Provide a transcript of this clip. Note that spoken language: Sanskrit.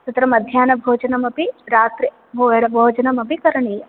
तत्र मध्याह्नभोजनमपि रात्रि बो भोजनमपि करणीयम्